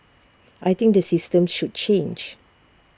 I think the system should change